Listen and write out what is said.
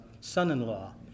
son-in-law